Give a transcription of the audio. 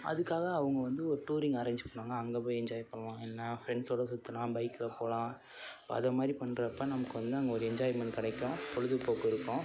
அதுக்காக அவங்க வந்து ஒரு டூரிங் அரேஞ் பண்ணுவாங்க அங்கே போய் என்ஜாய் பண்ணலாம் இல்லைனா ஃப்ரெண்ஸோடு சுற்றலாம் பைக்கில் போகலாம் அதை மாதிரி பண்ணுறப்ப நமக்கு வந்து ஒரு என்ஜாய்மென்ட் கிடைக்கும் பொழுதுபோக்கு இருக்கும்